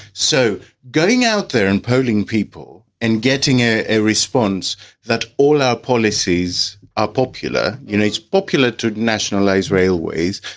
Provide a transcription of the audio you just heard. so getting out there and polling people and getting ah a response that all our policies are popular. you know, it's popular to nationalise railways.